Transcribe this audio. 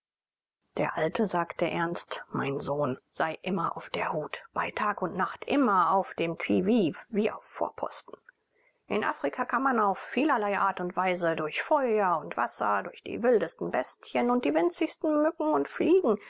der alte sagte ernst mein sohn sei immer auf der hut bei tag und nacht immer auf dem qui vive wie auf vorposten in afrika kann man auf vielerlei art und weise durch feuer und wasser durch die wildesten bestien und die winzigsten mücken und fliegen